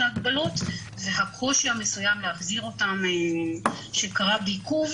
ההגבלות והקושי המסוים להחזיר אותן שקרה בעיכוב,